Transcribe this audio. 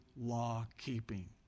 law-keeping